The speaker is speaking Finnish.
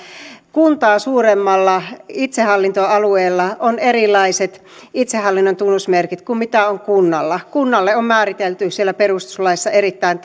kuntaa suuremmalla itsehallintoalueella on erilaiset itsehallinnon tunnusmerkit kuin on kunnalla kunnalle ne on määritelty siellä perustuslaissa erittäin